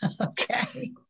okay